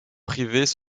privés